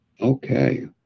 Okay